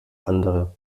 andere